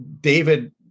david